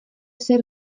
zer